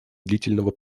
длительного